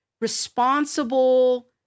responsible